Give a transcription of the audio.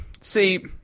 See